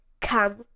come